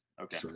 Okay